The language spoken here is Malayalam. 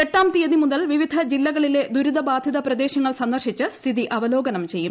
എട്ടാം തീയതി മുതൽ വിവിധ ജില്ലകളിലെ ദുരിത ബാധിത പ്രദേശങ്ങൾ സന്ദർശിച്ച് സ്ഥിതി അവലോകനം ചെയ്യും